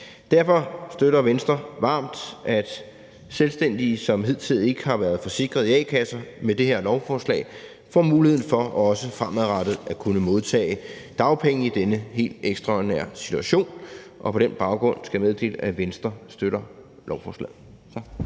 Derfor støtter Venstre varmt, at selvstændige, som hidtil ikke har været forsikret i a-kasser, med det her lovforslag får mulighed for også fremadrettet at kunne modtage dagpenge i denne helt ekstraordinære situation. På den baggrund skal jeg meddele, at Venstre støtter lovforslaget.